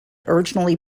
originally